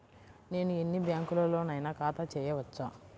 నేను ఎన్ని బ్యాంకులలోనైనా ఖాతా చేయవచ్చా?